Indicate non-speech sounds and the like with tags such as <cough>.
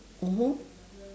mmhmm <breath>